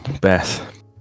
Beth